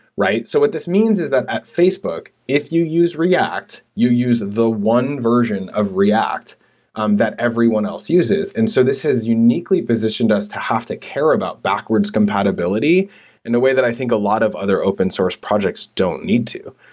so what this means is that at facebook, if you use react, you use of the one version of react um that everyone else uses. and so this has uniquely positioned us to have to care about backwards compatibility in a way that i think a lot of other open source projects don't need to.